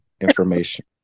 information